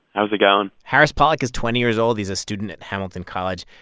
how's it going? harris pahllick is twenty years old. he's a student at hamilton college,